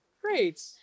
great